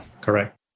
correct